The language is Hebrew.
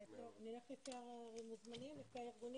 נלך לפי הארגונים.